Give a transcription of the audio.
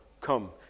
come